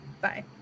Bye